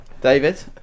David